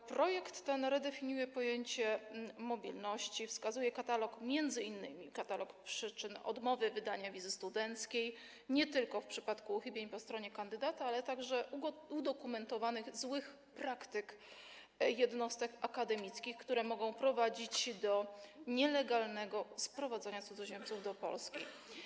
W projekcie tym redefiniuje się pojęcie mobilności, określa się m.in. katalog przyczyn odmowy wydania wizy studenckiej nie tylko w przypadku uchybień po stronie kandydata, ale także w przypadku udokumentowanych złych praktyk jednostek akademickich, które mogą prowadzić do nielegalnego sprowadzania cudzoziemców do Polski.